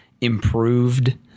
improved